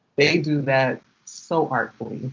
they do that so artfully!